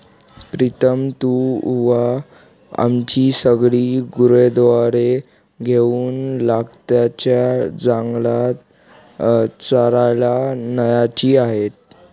प्रीतम तू उद्या आमची सगळी गुरेढोरे घेऊन लगतच्या जंगलात चरायला न्यायची आहेत